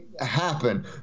happen